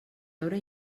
veure